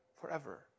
forever